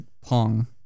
Pong